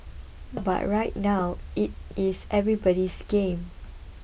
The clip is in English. but right now it is everybody's game